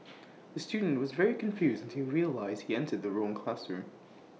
the student was very confused to realised entered the wrong classroom